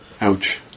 Ouch